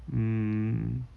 mm